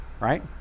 Right